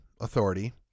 authority